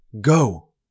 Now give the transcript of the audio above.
go